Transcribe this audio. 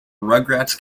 rugrats